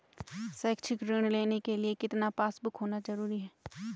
शैक्षिक ऋण लेने के लिए कितना पासबुक होना जरूरी है?